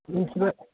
मिन्थिबाय